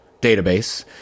database